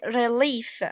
relief